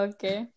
Okay